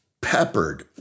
peppered